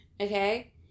okay